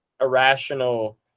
irrational